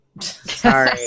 Sorry